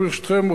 ברשותכם,